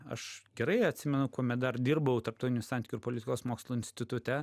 aš gerai atsimenu kuomet dar dirbau tarptautinių santykių ir politikos mokslų institute